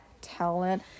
talent